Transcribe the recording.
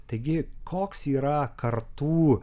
taigi koks yra kartų